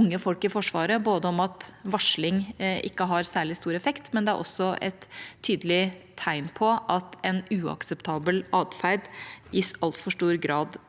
unge folk i Forsvaret om at varsling ikke har særlig stor effekt, men også et tydelig tegn på at en uakseptabel atferd i altfor stor grad